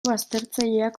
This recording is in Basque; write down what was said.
baztertzaileak